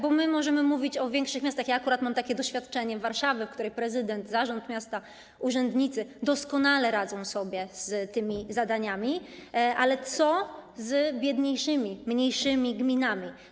Bo my możemy mówić o większych miastach, ja akurat mam takie doświadczenie z Warszawy, w której prezydent, zarząd miasta, urzędnicy doskonale radzą sobie z tymi zadaniami, ale co z biedniejszymi, mniejszymi gminami?